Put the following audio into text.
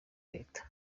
leta